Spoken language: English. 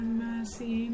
mercy